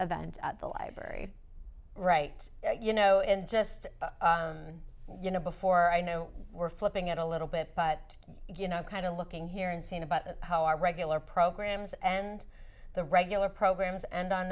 events at the library right you know and just you know before i knew were flipping it a little bit but you know kind of looking here and seeing about how our regular programs and the regular programs and on